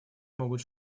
могут